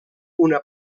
una